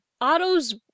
Otto's